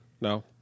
No